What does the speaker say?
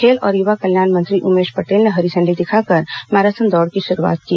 खेल और युवा कल्याण मंत्री उमेश पटेल ने हरी झण्डी दिखाकर मैराथन दौड़ की शुरूआत की